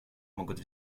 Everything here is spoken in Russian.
могут